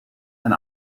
and